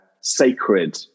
sacred